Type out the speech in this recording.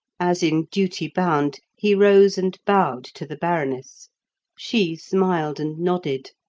as in duty bound, he rose and bowed to the baroness she smiled and nodded